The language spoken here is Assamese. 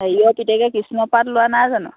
হেৰিয়ৰ পিতেকে কৃষ্ণ পাৰ্ট লোৱা নাই জানো